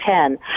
ten